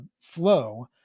flow